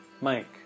Mike